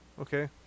Okay